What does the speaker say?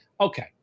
okay